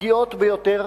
הפגיעות ביותר,